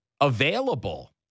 available